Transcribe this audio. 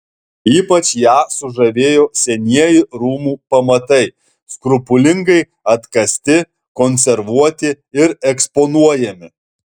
ypač ją sužavėjo senieji rūmų pamatai skrupulingai atkasti konservuoti ir eksponuojami